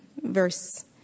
verse